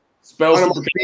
spell